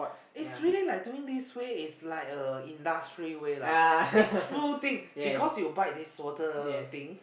is really like doing this way is like uh industry way lah it's full thing because you bite this water thing